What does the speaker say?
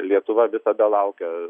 lietuva visada laukia